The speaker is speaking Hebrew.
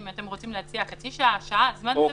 אם אתם רוצים להציע חצי שעה-שעה, זמן סביר.